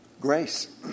Grace